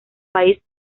país